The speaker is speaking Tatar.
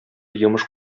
йомыш